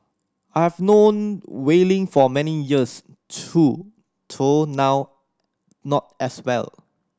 I've known Wei Ling for many years too to now not as well